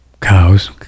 cows